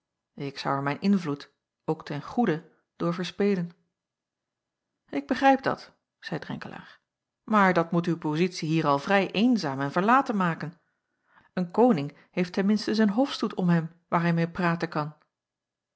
ik zou er mijn invloed ook ten goede door verspelen ik begrijp dat zeî drenkelaer maar dat moet uw pozitie hier al vrij eenzaam en verlaten maken een koning heeft ten minste zijn hofstoet om hem waar hij meê praten kan